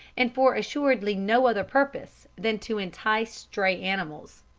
and for assuredly no other purpose than to entice stray animals.